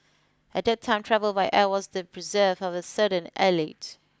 at that time travel by air was the preserve of a certain elite